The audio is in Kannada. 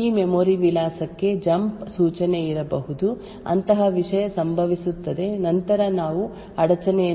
ಈ ಮೆಮೊರಿ ವಿಳಾಸಕ್ಕೆ ಜಂಪ್ ಸೂಚನೆಯಿರಬಹುದು ಅಂತಹ ವಿಷಯ ಸಂಭವಿಸುತ್ತದೆ ನಂತರ ನಾವು ಅಡಚಣೆಯನ್ನು ಪಡೆಯುತ್ತೇವೆ